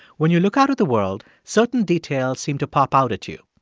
when you look out at the world, certain details seem to pop out at you.